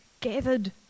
gathered